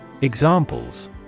Examples